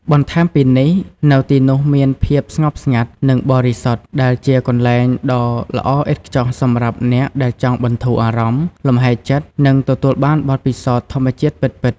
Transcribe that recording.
បន្ថែមពីនេះ នៅទីនោះមាន ភាពស្ងប់ស្ងាត់ និងបរិសុទ្ធ ដែលជាកន្លែងដ៏ល្អឥតខ្ចោះសម្រាប់អ្នកដែលចង់បន្ធូរអារម្មណ៍ លំហែចិត្ត និងទទួលបានបទពិសោធន៍ធម្មជាតិពិតៗ។